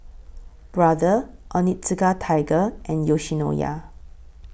Brother Onitsuka Tiger and Yoshinoya